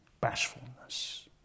bashfulness